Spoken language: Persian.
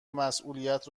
مسئولیت